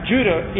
Judah